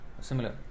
Similar